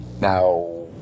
Now